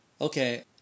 okay